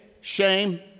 shame